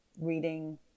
reading